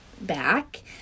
back